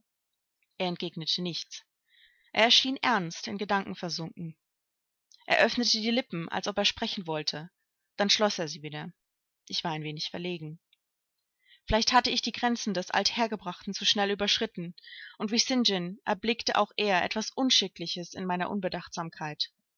er entgegnete nichts er schien ernst in gedanken versunken er öffnete die lippen als ob er sprechen wollte dann schloß er sie wieder ich war ein wenig verlegen vielleicht hatte ich die grenzen des althergebrachten zu schnell überschritten und wie st john erblickte auch er etwas unschickliches in meiner unbedachtsamkeit